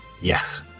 Yes